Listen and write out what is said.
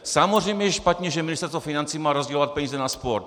Samozřejmě je špatně, že Ministerstvo financí má rozdělovat peníze na sport.